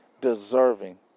deserving